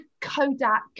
Kodak